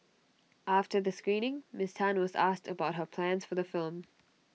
after the screening miss Tan was asked about her plans for the film